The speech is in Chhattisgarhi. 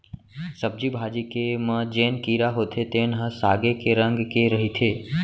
सब्जी भाजी के म जेन कीरा होथे तेन ह सागे के रंग के रहिथे